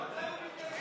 אחרי שאתה שאלת,